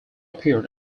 appeared